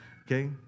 okay